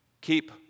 Keep